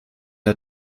der